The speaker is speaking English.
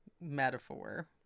metaphor